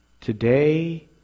today